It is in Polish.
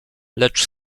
lecz